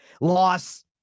Loss